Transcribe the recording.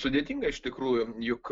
sudėtinga iš tikrųjų juk